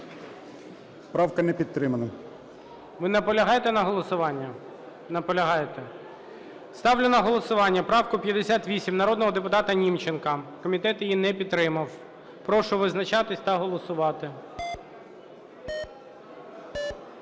Правка не підтримана. ГОЛОВУЮЧИЙ. Ви наполягаєте на голосуванні? Наполягаєте. Ставлю на голосування правку 58 народного депутата Німченка, комітет її не підтримав. Прошу визначатися та голосувати.